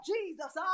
Jesus